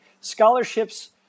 Scholarships